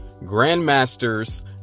Grandmaster's